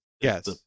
Yes